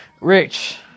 Rich